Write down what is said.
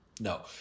no